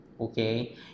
okay